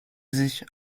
sich